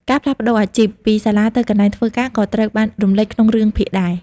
ការផ្លាស់ប្តូរអាជីព ពីសាលាទៅកន្លែងធ្វើការក៏ត្រូវបានរំលេចក្នុងរឿងភាគដែរ។